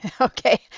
Okay